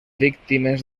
víctimes